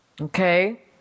Okay